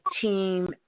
team